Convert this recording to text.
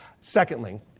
Secondly